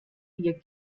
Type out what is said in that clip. ihr